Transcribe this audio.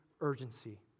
urgency